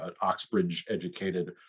Oxbridge-educated